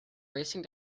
racing